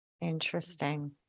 Interesting